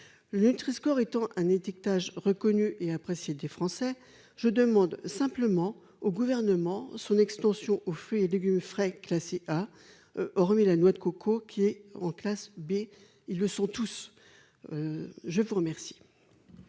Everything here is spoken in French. le Nutri score étant un étiquetage reconnu et apprécié des Français, je demande simplement au gouvernement son extension aux fruits et légumes frais ah, hormis la noix de coco, qui est en classe B, ils le sont tous, je vous remercie.